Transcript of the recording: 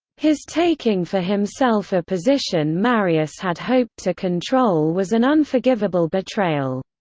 his taking for himself a position marius had hoped to control was an unforgivable betrayal.